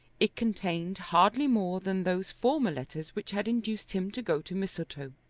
it contained hardly more than those former letters which had induced him to go to mistletoe.